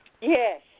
Yes